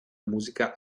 musica